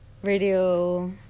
radio